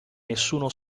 nessuno